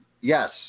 Yes